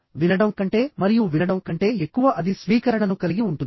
వినడం కంటే మరియు వినడం కంటే ఎక్కువ అది స్వీకరణను కలిగి ఉంటుంది